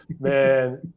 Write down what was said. man